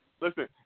Listen